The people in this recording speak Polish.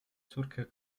córkę